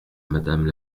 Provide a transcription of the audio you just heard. madame